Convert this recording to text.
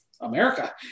America